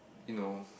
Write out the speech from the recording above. you know